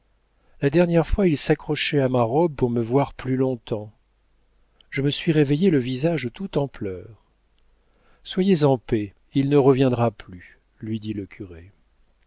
la dernière fois il s'accrochait à ma robe pour me voir plus longtemps je me suis réveillée le visage tout en pleurs soyez en paix il ne reviendra plus lui dit le curé